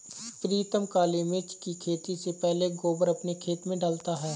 प्रीतम काली मिर्च की खेती से पहले गोबर अपने खेत में डालता है